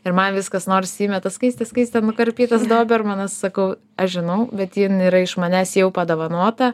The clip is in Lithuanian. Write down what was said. ir man vis kas nors įmeta skaiste skaiste nukarpytas dobermanas sakau aš žinau bet jin yra iš manęs jau padovanota